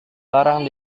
barang